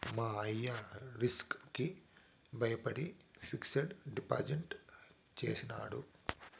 మా అయ్య రిస్క్ కి బయపడి ఫిక్సిడ్ డిపాజిట్ చేసినాడు